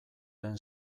den